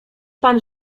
pan